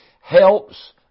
helps